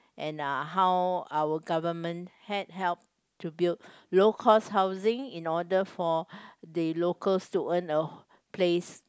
and uh how our government had help to build local housings in order for the locals to earn a place